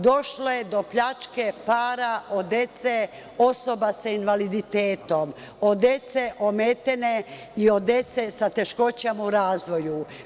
Došlo je do pljačke para od dece, osoba sa invaliditetom, od dece ometene i od dece sa teškoćama u razvoju.